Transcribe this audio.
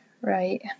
right